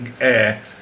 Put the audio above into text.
air